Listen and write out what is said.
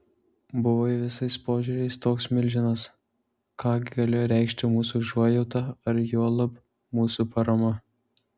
buvai visais požiūriais toks milžinas ką gi galėjo reikšti mūsų užuojauta ar juolab mūsų parama